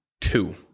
two